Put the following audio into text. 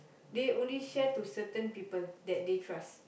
they only share to certain people that they trust